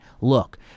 look